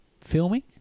filming